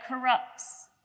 corrupts